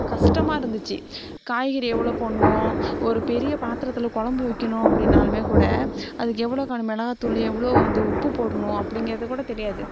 கஷ்டமா இருந்துச்சு காய்கறி எவ்வளோ போடணும் ஒரு பெரிய பாத்திரத்தில் குழம்பு வைக்கணும் அப்படின்னாலுமே கூட அதுக்கு எவ்வளோகானு மிளகாத்தூளு எவ்வளோ வந்து உப்பு போடணும் அப்படிங்கிறது கூட தெரியாது